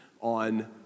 on